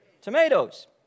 Tomatoes